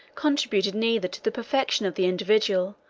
contributed neither to the perfection of the individual,